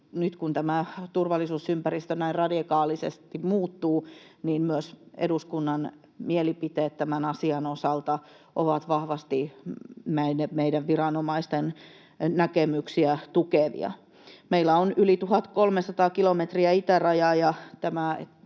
nyt kun tämä turvallisuusympäristö näin radikaalisesti muuttuu, niin myös eduskunnan mielipiteet tämän asian osalta ovat vahvasti meidän viranomaisten näkemyksiä tukevia. Meillä on yli 1 300 kilometriä itärajaa,